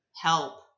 help